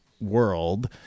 world